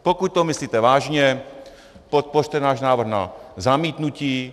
Pokud to myslíte vážně, podpořte náš návrh na zamítnutí.